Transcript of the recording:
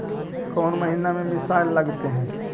कौन महीना में मिसाइल लगते हैं?